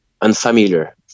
unfamiliar